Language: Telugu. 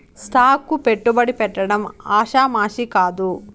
స్టాక్ కు పెట్టుబడి పెట్టడం ఆషామాషీ కాదు